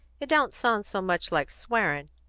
it don't sound so much like swearing.